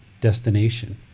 destination